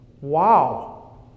Wow